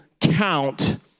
count